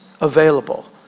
available